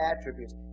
attributes